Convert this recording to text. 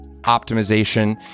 optimization